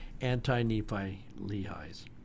anti-Nephi-Lehi's